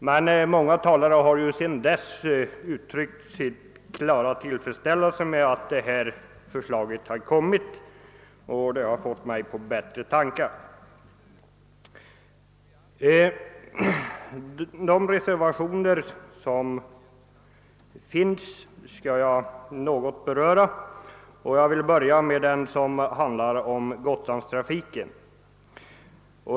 Men många talare har sedan dess uttryckt sin klara tillfredsställelse med det förslag som har lagts fram, och det har fått mig på bättre tankar. De reservationer som föreligger skall jag något beröra, och jag vill börja med reservationen 1, som handlar om Gotlandstrafiken.